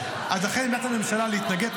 אז לכן עמדת הממשלה להתנגד.